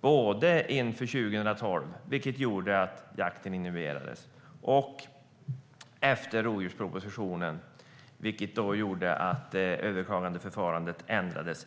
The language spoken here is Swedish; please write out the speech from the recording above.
både inför 2012, vilket gjorde att jakten inhiberades, och efter rovdjurspropositionen, vilket gjorde att överklagandeförfarandet ändrades.